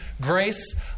grace